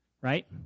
Right